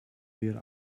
where